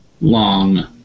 long